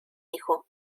hijo